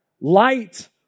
Light